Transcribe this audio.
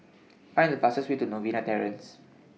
Find The fastest Way to Novena Terrace